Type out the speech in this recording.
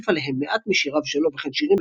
והוסיף עליהם מעט משיריו שלו וכן שירים